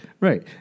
Right